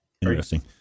Interesting